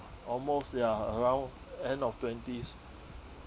almost ya around end of twenties